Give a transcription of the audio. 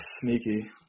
Sneaky